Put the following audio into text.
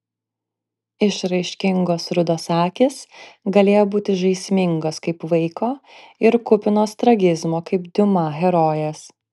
išraiškingos rudos akys galėjo būti žaismingos kaip vaiko ir kupinos tragizmo kaip diuma herojės